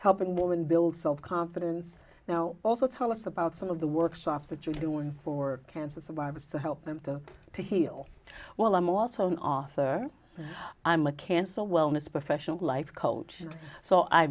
helping women build self confidence you know also tell us about some of the workshops that you're doing for cancer survivors to help them to to heal well i'm also an author i'm a cancer wellness professional life coach so i